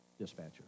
dispatcher